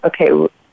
okay